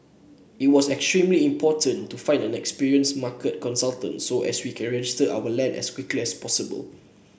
it was extremely important to find an experienced market consultant so we can register our land as quickly as possible